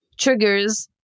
triggers